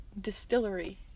distillery